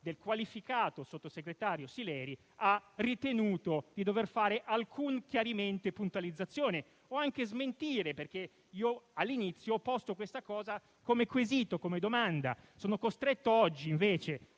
del qualificato sottosegretario Sileri, ha ritenuto di dover fare alcun chiarimento e alcuna puntualizzazione o anche di smentire, perché all'inizio ho posto questo tema come quesito e come domanda. Sono costretto oggi, invece,